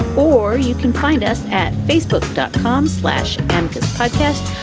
or you can find us at facebook dot com slash and podcast.